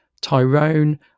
Tyrone